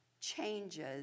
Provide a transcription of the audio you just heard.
changes